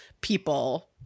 People